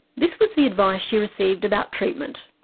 this was the advice she received about treatment.